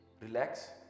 relax